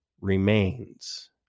remains